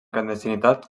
clandestinitat